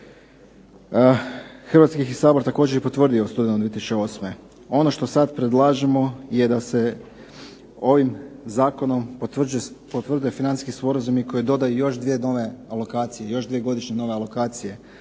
Hrvatski sabor također je i potvrdio u studenom 2008. Ono što sad predlažemo je da se ovim zakonom potvrde financijski sporazumi koji dodaju još dvije nove alokacije, još dvije godišnje nove alokacije